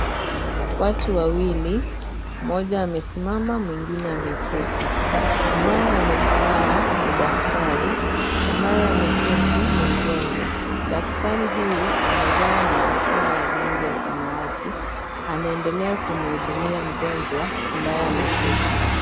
Watu wawili wamesimama mwingine ameketi, ambaye amesimama ni daktari, ambaye ameketi ni mgonjwa, daktari huyu amevaa barakoa ya rangi ya samawati anaendelea kumhudumia mgonjwa ambaye ameketi.